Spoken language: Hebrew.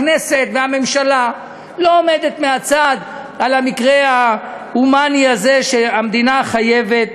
הכנסת והממשלה לא עומדות מהצד במקרה ההומני הזה שהמדינה חייבת